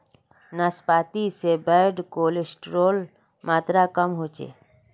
नाश्पाती से bad cholesterol मात्र कम होचे